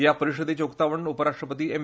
ह्या परिशदेचे उक्तावण उपराश्ट्रपती एम